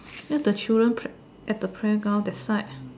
near the children pla~ at the playground that side